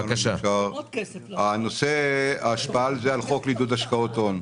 וזה ההשפעה של זה על חוק עידוד השקעות הון.